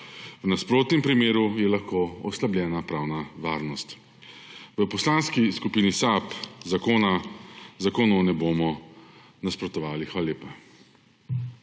V nasprotnem primeru je lahko oslabljena pravna varnost. V Poslanski skupini SAB zakonu ne bomo nasprotovali. Hvala lepa.